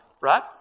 Right